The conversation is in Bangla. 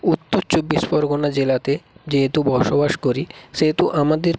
উত্তর চব্বিশ পরগনা জেলাতে যেহেতু বসবাস করি সেহেতু আমাদের